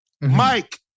Mike